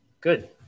Good